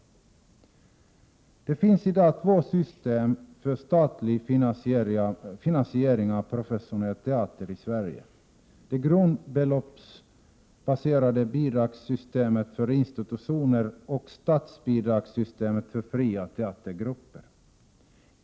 Det finns i dag två system för statlig finansiering av professionell teater i Sverige: det grundbeloppsbaserade bidragssystemet för institutioner och statsbidragssystemet för fria teatergrupper.